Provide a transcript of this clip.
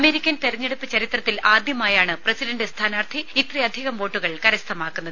American തെരഞ്ഞെടുപ്പ് ചരിത്രത്തിൽ ആദ്യമായാണ് പ്രസിഡന്റ് സ്ഥാനാർത്ഥി ഇത്രയധികം വോട്ടുകൾ കരസ്ഥമാക്കുന്നത്